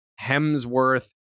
Hemsworth